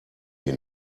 die